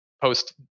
post